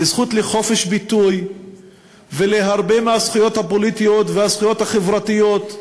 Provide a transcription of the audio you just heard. לזכות לחופש ביטוי ולהרבה מהזכויות הפוליטיות והזכויות החברתיות: